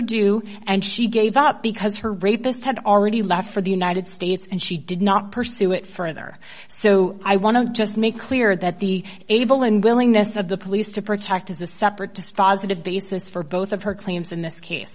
do and she gave up because her rapist had already left for the united states and she did not pursue it further so i want to just make clear that the able and willingness of the police to protect is a separate dispositive basis for both of her claims in this case